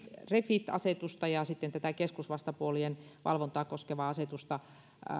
refit asetusta ja keskusvastapuolien valvontaa koskevaa asetusta